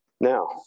Now